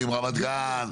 ועם רמת גן,